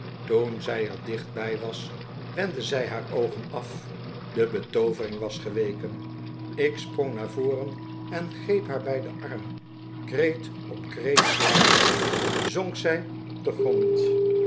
toen zij er dicht bij was wendde zij haar oogen af de betoovering was ge weken ik sprong naar voren en greep haar bij den arm kreet op kreet slakend zonk zij op den grond